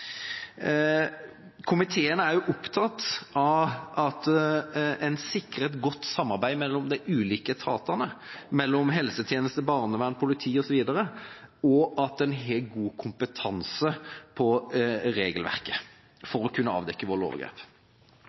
Komiteen er også opptatt av at en sikrer et godt samarbeid mellom de ulike etatene, mellom helsetjeneste, barnevern, politi osv., og at en har god kompetanse om regelverket for å kunne avdekke vold og overgrep.